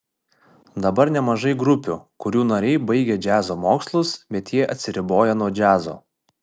dabar nemažai grupių kurių nariai baigę džiazo mokslus bet jie atsiriboja nuo džiazo